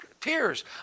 tears